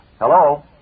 Hello